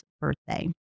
birthday